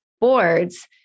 boards